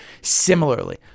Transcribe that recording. similarly